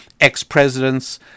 ex-presidents